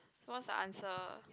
what's the answer